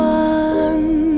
one